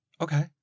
Okay